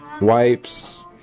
wipes